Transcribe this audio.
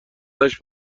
ازش